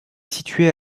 située